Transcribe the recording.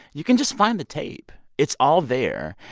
you can just find the tape. it's all there.